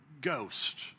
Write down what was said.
ghost